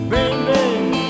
Baby